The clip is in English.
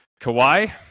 Kawhi